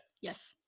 Yes